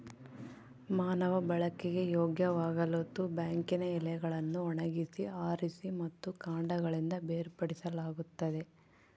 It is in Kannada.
ಮಾನವ ಬಳಕೆಗೆ ಯೋಗ್ಯವಾಗಲುತಂಬಾಕಿನ ಎಲೆಗಳನ್ನು ಒಣಗಿಸಿ ಆರಿಸಿ ಮತ್ತು ಕಾಂಡಗಳಿಂದ ಬೇರ್ಪಡಿಸಲಾಗುತ್ತದೆ